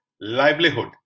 livelihood